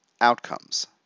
outcomes